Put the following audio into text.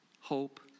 hope